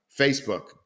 facebook